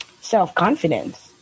self-confidence